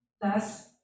Thus